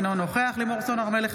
אינו נוכח לימור סון הר מלך,